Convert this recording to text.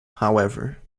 however